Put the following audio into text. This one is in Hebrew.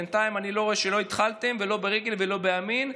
בינתיים אני לא רואה שהתחלתם, לא ברגל ולא בימין.